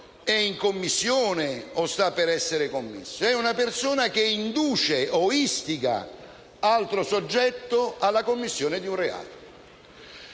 di commissione o sta per essere commesso, ma è una persona che induce o istiga altro soggetto a commettere un reato.